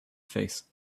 face